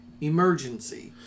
Emergency